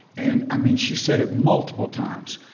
and i mean, she said it multiple times.